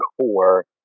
core